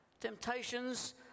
Temptations